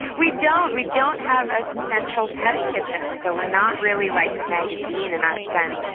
we don't we don't have a central test kitchen, so we're not really like a magazine in that sense.